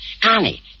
Connie